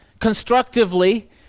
constructively